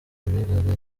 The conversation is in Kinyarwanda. bigaga